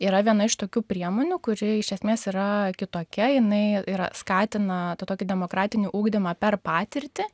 yra viena iš tokių priemonių kuri iš esmės yra kitokia jinai yra skatina tokį demokratinį ugdymą per patirtį